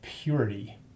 purity